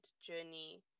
journey